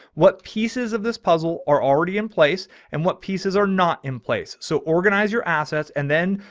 what pieces of this puzzle are already in place and what pieces are not in place? so organize your assets and then.